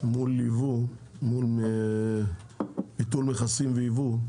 מול ייבוא, מול ביטול מכסים וייבוא,